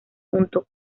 junto